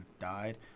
died